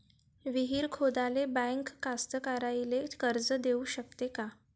विहीर खोदाले बँक कास्तकाराइले कर्ज देऊ शकते का?